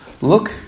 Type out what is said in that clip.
look